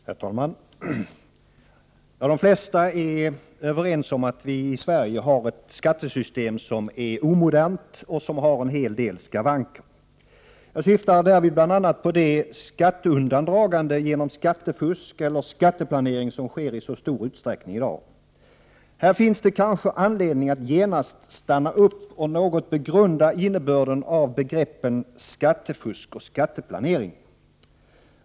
Herr talman! De flesta är överens om att vi i Sverige har ett skattesystem som är omodernt och har en hel del skavanker. Jag syftar därvid bl.a. på de skatteundandraganden genom skattefusk eller skatteplanering som sker i så stor utsträckning i dag. Här finns det kanske anledning att genast stanna upp och något begrunda innebörden av begreppen skattefusk och skatteplanering.